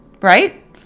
right